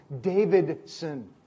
Davidson